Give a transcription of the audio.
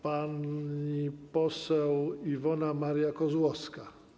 Pani poseł Iwona Maria Kozłowska.